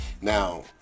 now